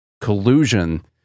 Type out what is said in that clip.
collusion